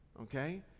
Okay